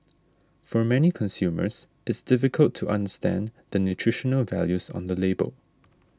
for many consumers it's difficult to understand the nutritional values on the label